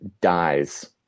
dies